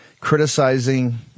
criticizing